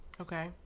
Okay